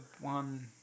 one